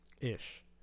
Ish